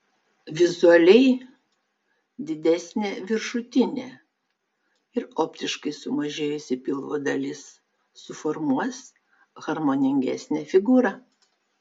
vizualiai didesnė viršutinė ir optiškai sumažėjusi pilvo dalis suformuos harmoningesnę figūrą